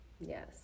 Yes